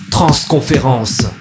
Transconférence